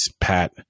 Pat